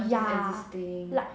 ya like